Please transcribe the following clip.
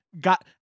got